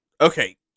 Okay